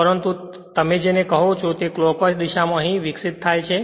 પરંતુ તે જેને તમે કહો છો તે ક્લોક્વાઇસ દિશા માં અહીં વિકસિત થાય છે